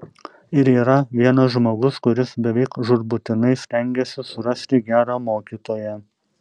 ir yra vienas žmogus kuris beveik žūtbūtinai stengiasi surasti gerą mokytoją